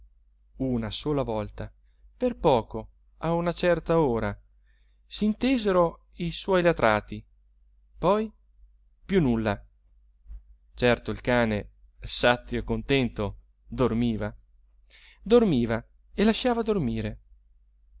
una sola volta per poco a una cert'ora s'intesero i suoi latrati poi più nulla certo il cane sazio e contento dormiva dormiva e lasciava dormire